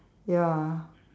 ya